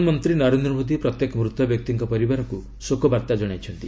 ପ୍ରଧାନମନ୍ତ୍ରୀ ନରେନ୍ଦ୍ର ମୋଦି ପ୍ରତ୍ୟେକ ମୃତବ୍ୟକ୍ତିଙ୍କ ପରିବାରକୁ ଶୋକବାର୍ତ୍ତା ଜଣାଇଛନ୍ତି